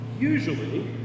Usually